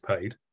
paid